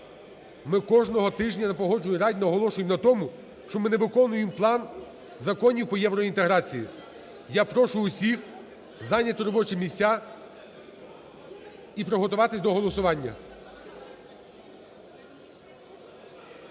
ми кожного тижня на Погоджувальній раді наголошуємо на тому, що ми не виконуємо план законів по євроінтеграції. Я прошу всіх зайняти робочі місця і приготуватись до голосування.